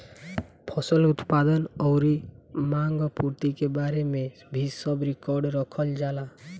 फसल उत्पादन अउरी मांग आपूर्ति के बारे में भी सब रिकार्ड रखल जाला